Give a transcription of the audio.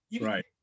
Right